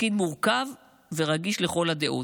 תפקיד מורכב ורגיש לכל הדעות,